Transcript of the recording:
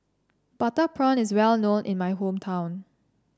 Butter Prawn is well known in my hometown